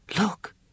Look